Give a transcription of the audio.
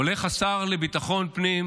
הולך השר לביטחון פנים